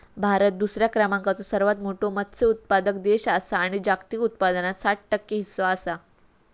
भारत दुसऱ्या क्रमांकाचो सर्वात मोठो मत्स्य उत्पादक देश आसा आणि जागतिक उत्पादनात सात टक्के हीस्सो आसा